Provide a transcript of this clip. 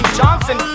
Johnson